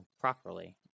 properly